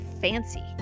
fancy